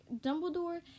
Dumbledore